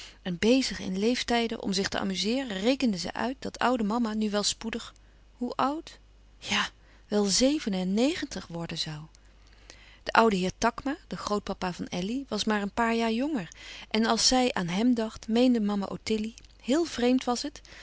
en bezig in leeftijden om zich te amuzeeren rekende zij uit dat oude mama nu wel spoedig hoe oud ja wel zeven en negentig worden zoû de oude heer takma de grootpapa van elly was maar een paar jaar jonger en als zij aan hem dacht meende mama ottilie heel vreemd was het